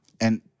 and-